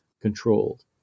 controlled